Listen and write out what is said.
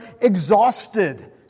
exhausted